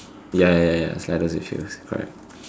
ya ya ya ya slightest issues correct